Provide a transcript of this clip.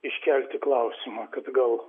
iškelti klausimą kad gal